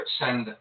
send